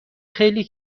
خیلی